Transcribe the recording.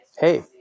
hey